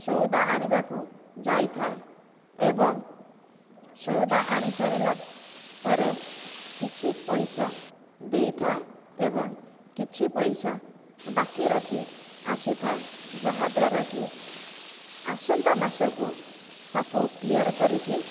ସଉଦା ଆଣିବାକୁ ଯାଇଥାଏ ଏବଂ ସଉଦା ଆଣିସାରିଲା ପରେ କିଛି ପଇସା ଦେଇଥାଏ ଏବଂ କିଛି ପଇସା ବାକି ରଖି ଆସିଥାଏ ଯାହାଦ୍ୱାରା କି ଆସନ୍ତା ମାସକୁ ତାକୁ କ୍ଲିଅର କରିକି